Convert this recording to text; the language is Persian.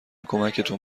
کمکتون